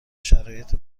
شرایط